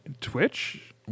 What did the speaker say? Twitch